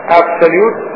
absolute